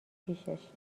پیشش